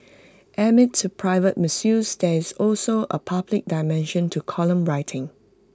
amid to private musings there is also A public dimension to column writing